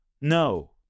No